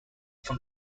from